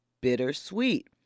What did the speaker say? bittersweet